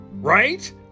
right